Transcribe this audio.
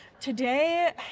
today